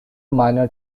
minor